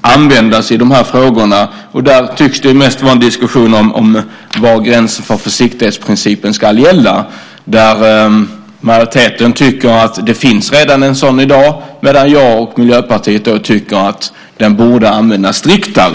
användas. Där tycks det mest vara en diskussion om var gränsen för försiktighetsprincipen ska gå. Majoriteten tycker att det finns en sådan redan i dag, medan jag och Miljöpartiet tycker att den borde användas striktare.